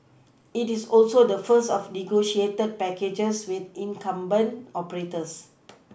it is also the first of negotiated packages with incumbent operators